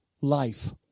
life